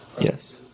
Yes